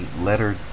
letter